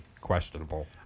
questionable